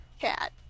cat